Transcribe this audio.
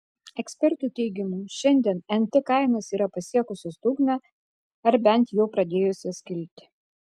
ekspertų teigimu šiandien nt kainos yra pasiekusios dugną ar bent jau pradėjusios kilti